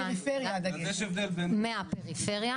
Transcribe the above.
כולל מהפריפריה.